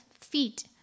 feet